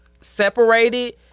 separated